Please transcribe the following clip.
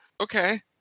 okay